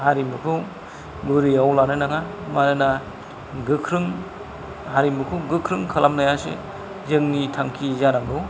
हारिमुखौ बोरियाव लानो नाङा मानोना गोख्रों हारिमुखौ गोख्रों खालामनायासो जोंनि थांखि जानांगौ